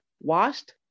washed